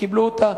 שקיבלו אותה,